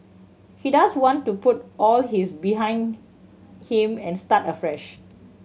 he does want to put all his behind him and start afresh